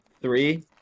three